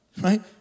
Right